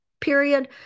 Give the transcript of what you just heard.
period